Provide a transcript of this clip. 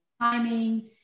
timing